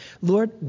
Lord